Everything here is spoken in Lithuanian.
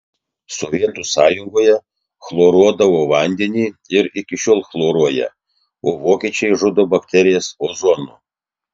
sovietų sąjungoje chloruodavo vandenį ir iki šiol chloruoja o vokiečiai žudo bakterijas ozonu